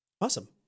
Awesome